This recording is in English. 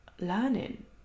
learning